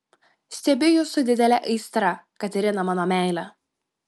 stebiu jus su didele aistra katerina mano meile